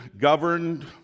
governed